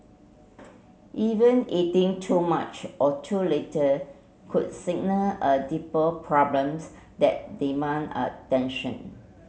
even eating too much or too little could signal a deeper problems that demand attention